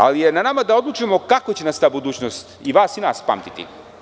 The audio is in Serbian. Ali, je na nama da odlučimo kako će nas ta budućnosti i vas i nas pamtiti.